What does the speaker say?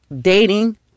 dating